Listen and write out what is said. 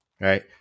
right